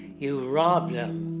you rob them.